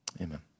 Amen